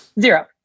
zero